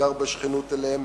הגר בשכנות אליהם,